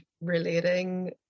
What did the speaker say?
relating